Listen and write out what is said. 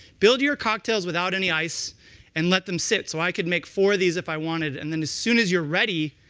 build your cocktails without any ice and let them sit, so i could make four of these if i wanted. and then as soon as you're ready,